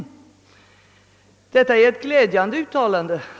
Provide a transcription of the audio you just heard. Detta är, som jag ser det, ett glädjande uttalande.